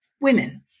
women